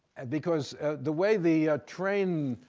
because the way the train,